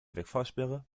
wegfahrsperre